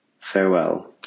Farewell